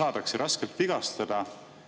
Saadakse raskelt vigastada,